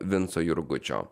vinco jurgučio